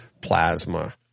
plasma